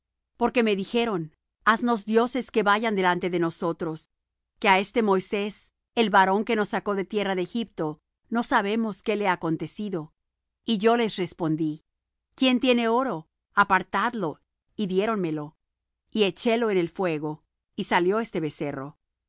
porque me dijeron haznos dioses que vayan delante de nosotros que á este moisés el varón que nos sacó de tierra de egipto no sabemos qué le ha acontecido y yo les respondí quién tiene oro apartadlo y diéronmelo y echélo en el fuego y salió este becerro